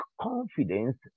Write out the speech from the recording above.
confidence